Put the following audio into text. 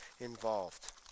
involved